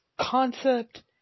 concept